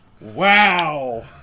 Wow